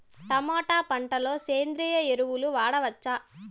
Tomato పంట లో సేంద్రియ ఎరువులు వాడవచ్చా?